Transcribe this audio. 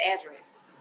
address